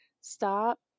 Stop